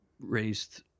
raised